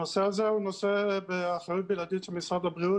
הנושא הזה הוא נושא באחריות בלעדית של משרד הבריאות